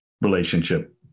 relationship